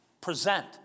present